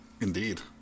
Indeed